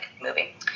movie